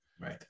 right